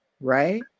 right